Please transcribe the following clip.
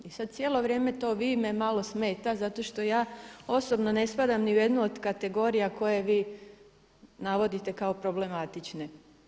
I sad cijelo vrijeme to vi me malo smeta zato što ja osobno ne spadam ni u jednu od kategorija koje vi navodite kao problematične.